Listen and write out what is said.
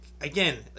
again